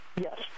Yes